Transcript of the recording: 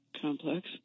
complex